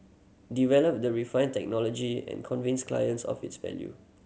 develop the refine technology and convince clients of its value